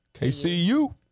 KCU